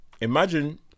imagine